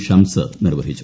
ഷംസ് നിർവഹിച്ചു